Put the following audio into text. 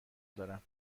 دارم